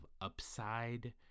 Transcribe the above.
upside